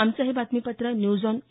आमचं हे बातमीपत्र न्यूज ऑन ए